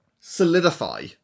solidify